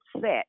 set